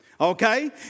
Okay